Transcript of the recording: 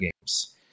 games